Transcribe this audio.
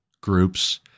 groups